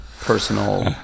personal